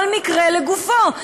כל מקרה לגופו.